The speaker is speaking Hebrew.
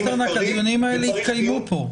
מציגים מחקרים וצריך להיות --- אבל,